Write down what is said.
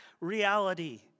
reality